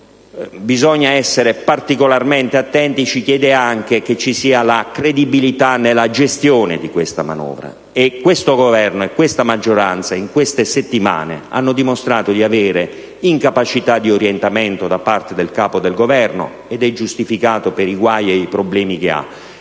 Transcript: questo bisogna essere particolarmente attenti, che ci sia la credibilità nella gestione di questa manovra, e questo Governo e questa maggioranza in queste settimane hanno dimostrato l'incapacità di orientamento da parte del Capo del Governo. Ciò è giustificato per i guai ed i problemi che ha,